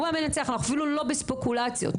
הוא המנצח אפילו לא בספקולציות.